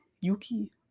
Yuki